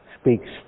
speaks